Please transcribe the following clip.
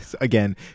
Again